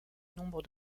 nombre